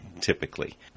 typically